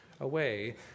away